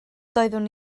doeddwn